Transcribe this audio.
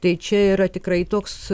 tai čia yra tikrai toks